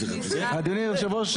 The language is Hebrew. אדוני יושב הראש,